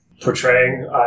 portraying